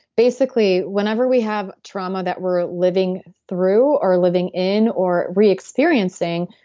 basically, whenever we have trauma that we're living through or living in or reexperiencing,